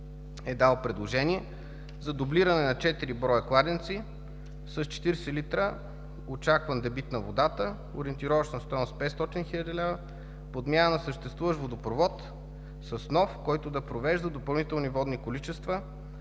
е дал предложение за дублиране на четири броя кладенци с 40 литра очакван дебит на водата – ориентировъчна стойност 500 хил. лв.; подмяна на съществуващ водопровод с нов, който да провежда допълнителни водни количества